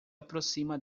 aproxima